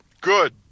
good